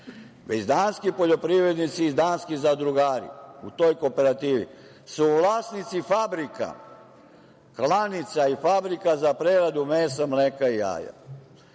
već danski poljoprivrednici i danski zadrugari u toj kooperativi su vlasnici fabrika, klanica i fabrika za preradu mesa, mleka i